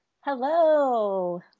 Hello